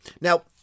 Now